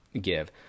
give